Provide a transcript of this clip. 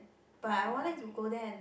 but I want them to go there and